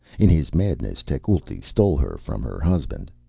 in his madness, tecuhltli stole her from her husband.